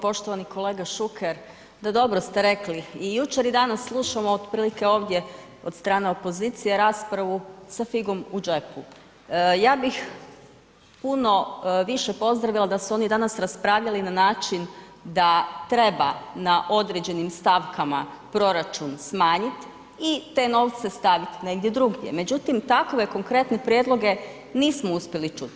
Poštovani kolega Šuker, da, dobro ste rekli, u jučer i danas slušamo otprilike ovdje od strane opozicije, raspravu sa figom u džepu, ja bih puno više pozdravila da su oni danas raspravljali na način da treba na određenim stavkama proračun smanjit i te novce stavit negdje međutim takve konkretne prijedloge nismo uspjeli čut.